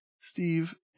Steve